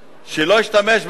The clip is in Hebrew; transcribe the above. שלא השתמש בו,